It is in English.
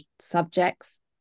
subjects